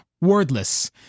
wordless